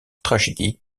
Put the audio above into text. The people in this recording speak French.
tragédie